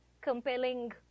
compelling